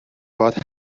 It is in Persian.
باهات